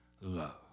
love